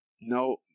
No